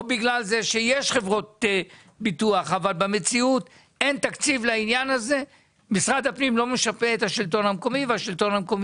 או לא מבטחים בגלל שמשרד הפנים לא משפה את השלטון המקומי ואין מספיק